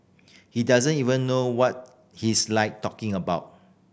he doesn't even know what he's like talking about